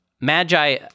Magi